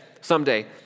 someday